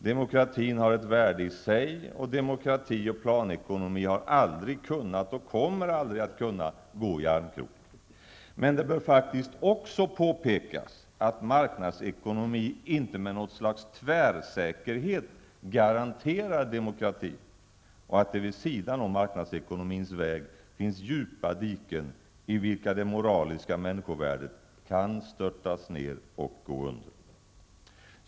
Demokratin har ett värde i sig, och demokrati och planekonomi har aldrig kunnat och kommer aldrig att kunna gå i armkrok. Men det bör faktiskt också påpekas, att marknadsekonomi inte med något slags tvärsäkerhet garanterar demokrati, och att det vid sidan om marknadsekonomins väg finns djupa diken i vilka det moraliska människovärdet kan störtas ner och gå under.